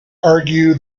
argue